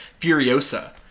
Furiosa